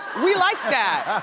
we like that.